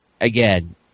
again